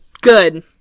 Good